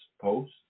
post